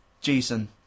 Jason